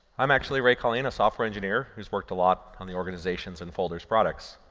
i'm actually ray colline, a software engineer who's worked a lot on the organizations and folders products.